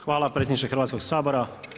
Hvala predsjedniče Hrvatskog sabora.